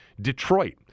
Detroit